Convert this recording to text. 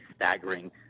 staggering